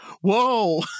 Whoa